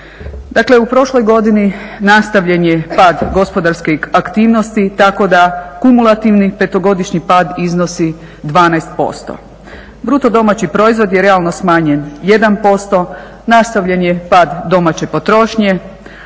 Dakle, u prošloj godini nastavljen je pad gospodarskih aktivnosti tako da kumulativni petogodišnji pad iznosi 12%. Bruto domaći proizvod je realno smanjen 1%, nastavljen je pad domaće potrošnje,